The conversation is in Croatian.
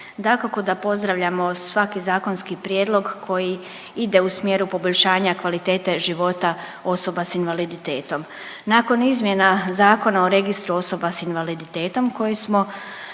dakako da pozdravljamo svaki zakonski prijedlog koji ide u smjeru poboljšanja kvalitete života osoba s invaliditetom. Nakon izmjena Zakona o Registru osoba s invaliditetom koji smo,